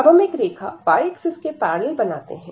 अब हम एक रेखा y axis के पैरेलल बनाते हैं